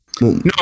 No